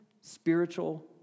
spiritual